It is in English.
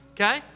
Okay